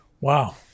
Wow